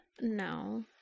No